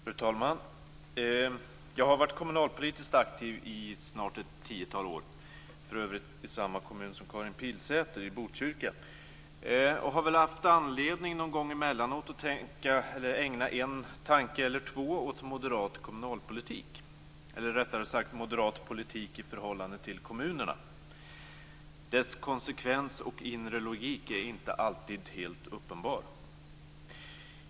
Fru talman! Jag har varit kommunalpolitiskt aktiv i snart ett tiotal år - för övrigt i samma kommun som Karin Pilsäter, Botkyrka - och haft anledning att någon gång emellanåt ägna en tanke eller två åt moderat kommunalpolitik, eller rättare sagt moderat politik i förhållande till kommunerna. Dess konsekvens och inre logik är inte alltid helt uppenbar.